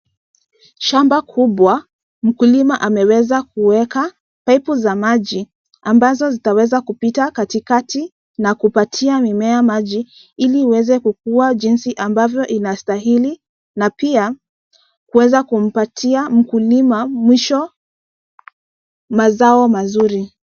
Shamba kubwa. Mkulima ameweza kuweka paipu za maji ambazo zitaweza kupita katikati na kupatia mimea maji ili iweze kukua jinsi ambavyo inastahili na pia kuweza kumpatia mkulima mwisho mazao mazuri.